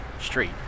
street